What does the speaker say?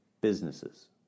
businesses